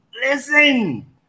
Listen